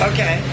Okay